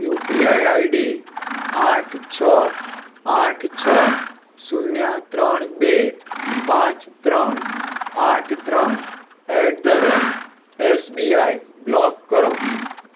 UPI ID આઠ છ આઠ છ શૂન્ય ત્રણ બે પાંચ ત્રણ આઠ ત્રણ at the rate SBI block કરો